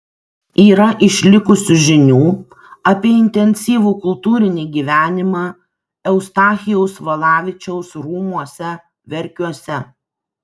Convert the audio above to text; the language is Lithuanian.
yra išlikusių žinių apie intensyvų kultūrinį gyvenimą eustachijaus valavičiaus rūmuose verkiuose